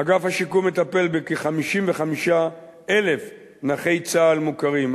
אגף השיקום מטפל בכ-55,000 נכי צה"ל מוכרים.